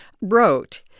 wrote